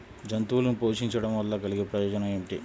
జంతువులను పోషించడం వల్ల కలిగే ప్రయోజనం ఏమిటీ?